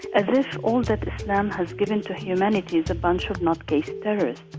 as if all that islam has given to humanity is a bunch of nutcase terrorists.